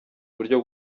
uburyo